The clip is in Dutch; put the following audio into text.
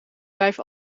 vijf